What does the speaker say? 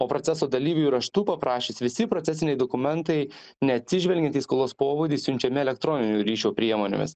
o proceso dalyviui raštu paprašius visi procesiniai dokumentai neatsižvelgiant į skolos pobūdį siunčiami elektroninio ryšio priemonėmis